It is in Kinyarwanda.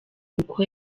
kuko